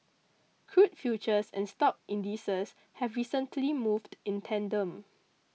crude futures and stock indices have recently moved in tandem